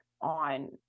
on